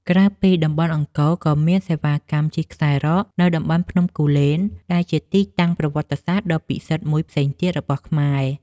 ក្រៅពីតំបន់អង្គរ ក៏មានសេវាកម្មជិះខ្សែរ៉កនៅតំបន់ភ្នំគូលែន ដែលជាទីតាំងប្រវត្តិសាស្ត្រដ៏ពិសិដ្ឋមួយផ្សេងទៀតរបស់ខ្មែរ។